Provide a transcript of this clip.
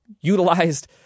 utilized